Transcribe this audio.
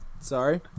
Sorry